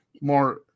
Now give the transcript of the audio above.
more